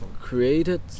created